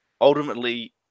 ultimately